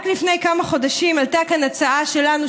רק לפני כמה חודשים עלתה כאן הצעה שלנו,